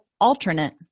alternate